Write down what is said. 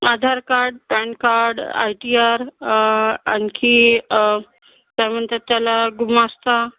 Aadhaar card PAN card I T R आणखी काय म्हणतात त्याला गुमास्ता